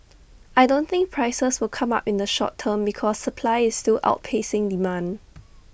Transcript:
I don't think prices will come up in the short term because supply is still outpacing demand